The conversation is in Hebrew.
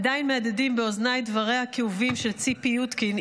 עדיין מהדהדים באוזניי דבריה הכאובים של ציפי יודקין,